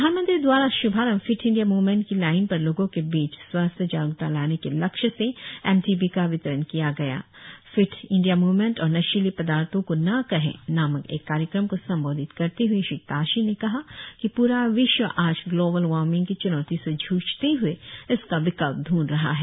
प्रधानमंत्री द्वारा श्भारंभ फिट इंडिया म्वमेंट की लाईन पर लोगो के बीच स्वास्थ्य जागरुकता लाने के लक्ष्य से एम॰ टी॰ बी का वितरण किया गया फिट इंडिया मुवमेंट और नशीली पदार्थो को ना कहे नामक एक कार्यक्रम को संबोधित करते हुए श्री ताशी ने कहा कि प्रा विश्व आज ग्लोवेल वार्मिंग की च्नौती से सुझते हुए इसका विकल्प ढ़ंढ रहा है